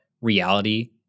reality